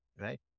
right